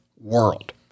world